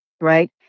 right